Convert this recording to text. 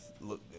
look